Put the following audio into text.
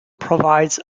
provides